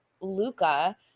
Luca –